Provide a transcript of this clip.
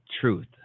Truth